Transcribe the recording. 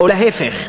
או להפך?